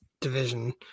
division